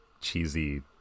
cheesy